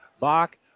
Bach